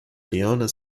leone